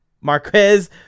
Marquez